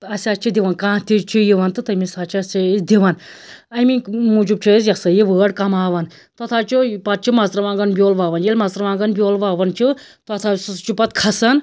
أسۍ حظ چھ دِوان کانٛہہ تہِ چھُ یوان تہٕ تٔمس ہَسا چھِ أسۍ یہِ ہسا یہِ دِوان أمکۍ موٗجوب چھِ أسۍ یہِ ہَسا یہِ وٲر کماوان پَتہٕ حظ چھِ پَتہ چھِ مَژرٕوانٛگن بیٛول وۄوان ییٚلہِ مَژرٕوانٛگن بیٛول وۄوان چھِ پتہٕ ہسا چھُ پَتہٕ کھسان